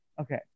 Okay